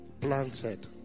planted